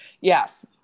yes